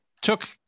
took